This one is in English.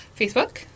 Facebook